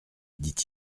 dit